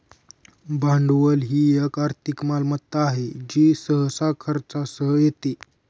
भांडवल ही एक आर्थिक मालमत्ता आहे जी सहसा खर्चासह येते